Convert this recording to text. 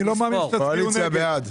אני לא מאמין שתצביעו נגד.